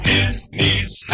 Disney's